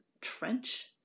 trench